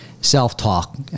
Self-talk